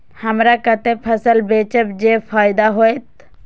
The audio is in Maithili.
हमरा कते फसल बेचब जे फायदा होयत?